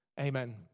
Amen